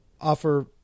offer